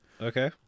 Okay